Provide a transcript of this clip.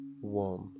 one